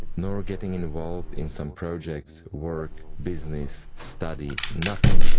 ah nor getting involved in some projects, work, business, study, nothing,